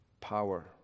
power